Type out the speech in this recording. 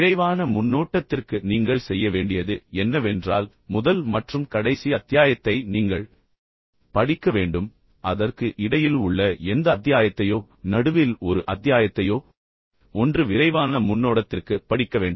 விரைவான முன்னோட்டத்திற்கு நீங்கள் செய்ய வேண்டியது என்னவென்றால் முதல் மற்றும் கடைசி அத்தியாயத்தை நீங்கள் படிக்க வேண்டும் அதற்கு இடையில் உள்ள எந்த அத்தியாயத்தையோ நடுவில் ஒரு அத்தியாயத்தையோ ஒன்று விரைவான முன்னோடத்திற்கு படிக்கவேண்டும்